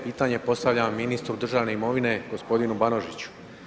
Pitanje postavljam ministru državne imovine g. Banožiću.